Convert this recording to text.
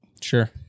Sure